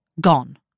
Gone